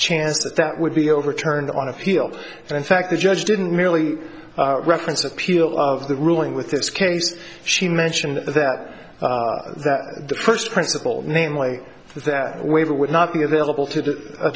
chance that that would be overturned on appeal and in fact the judge didn't merely reference appeal of the ruling with this case she mentioned that that the first principle namely that waiver would not be available to the